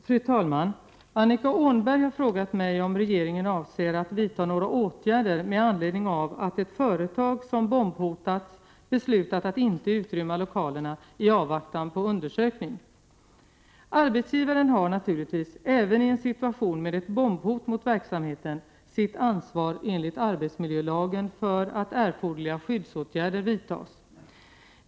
Fru talman! Annika Åhnberg har frågat mig om regeringen avser att vidta några åtgärder med anledning av att ett företag som bombhotats beslutat att inte utrymma lokalerna i avvaktan på undersökning. Arbetsgivaren har naturligtvis, även i en situation med ett bombhot mot verksamheten, sitt ansvar enligt arbetsmiljölagen för att erforderliga skyddsåtgärder vidtas.